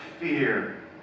fear